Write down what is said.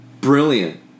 brilliant